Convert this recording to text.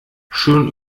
schon